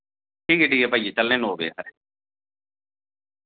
ठीक ऐ ठीक ऐ भाइया चलने आं नौ बजे हारे